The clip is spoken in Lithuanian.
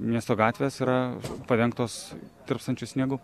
miesto gatvės yra padengtos tirpstančiu sniegu